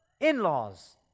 in-laws